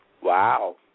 Wow